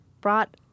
brought